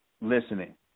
listening